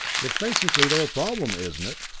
it's basically their problem, isn't it?